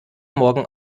morgen